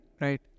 right